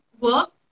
work